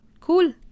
Cool